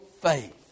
faith